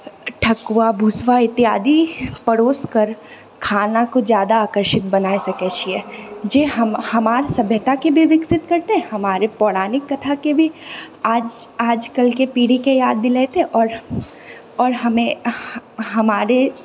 ठकुआ भुसबा इत्यादि परोसकर खानाको ज्यादा आकर्षित बनाय सकैत छियै जे हमे हमारे सभ्यताके भी विकसित करतै हमारे पौराणिक कथाके भी आज आजकलके पीढ़ीके याद दिलेतै आओर आओर हमे हमारे